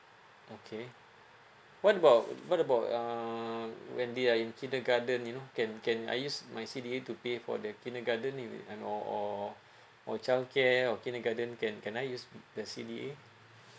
okay what about what about uh when they are in kindergarten you know can can I use my C_D_A to pay for the kindergarten in and or or or childcare or kindergarten can can I use the C_D_A